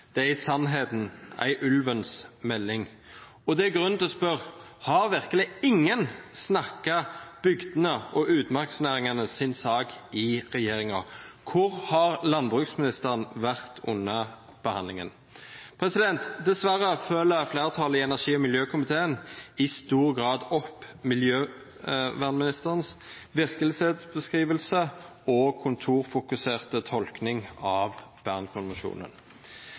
Det er i sannheten en «ulvens melding», og det er grunn til å spørre: Har virkelig ingen snakket bygdenes og utmarksnæringenes sak i regjeringen? Hvor har landbruksministeren vært under behandlingen? Dessverre følger flertallet i energi- og miljøkomiteen i stor grad opp miljøvernministerens virkelighetsbeskrivelse og kontorfokuserte tolkning av